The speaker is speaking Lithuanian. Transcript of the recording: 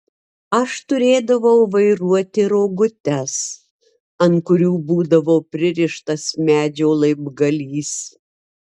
aš turėdavau vairuoti rogutes ant kurių būdavo pririštas medžio laibgalys